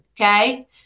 Okay